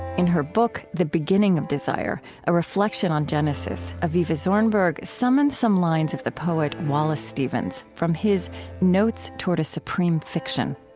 in her book the beginning of desire, a reflection on genesis, avivah zornberg summons some lines of the poet wallace stevens, from his notes toward a supreme fiction.